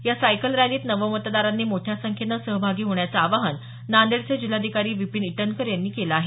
या सायकल रॅलीत नवमतदारांनी मोठ्या संख्येने सहभागी व्हावे असे आवाहन नांदेड चे जिल्हाधिकारी डॉ विपिन ईटनकर यांनी केलं आहे